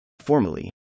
Formally